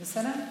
בסדר?